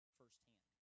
firsthand